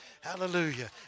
Hallelujah